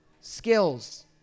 skills